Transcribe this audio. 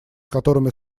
которыми